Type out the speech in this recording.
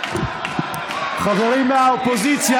חברים מהאופוזיציה,